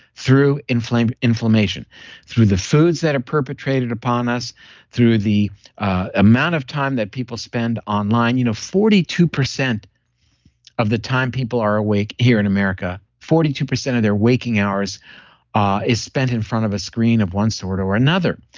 through inflammation through the foods that are perpetrated upon us through the amount of time that people spend online. you know forty two percent of the time people are awake here in america, forty two percent of their waking hours ah is spent in front of a screen of one sort or another.